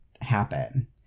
happen